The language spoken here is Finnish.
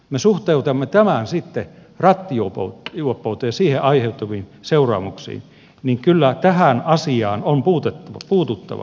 ne suhteutamme tämä on sitten rattijuoppoutta juoppouteesi melkoiset seuraamukset niin kyllä tähän asiaan on puututtava